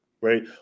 right